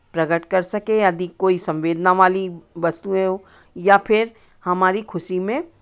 प्रकट कर सकें यदि कोई संवेदना वाली वस्तुएँ हों या फिर हमारी खुशी में